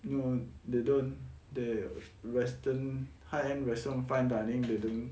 um they don't they western high end western fine dining they don't